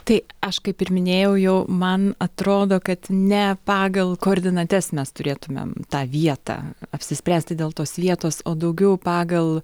tai aš kaip ir minėjau jau man atrodo kad ne pagal koordinates mes turėtumėm tą vietą apsispręsti dėl tos vietos o daugiau pagal